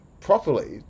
properly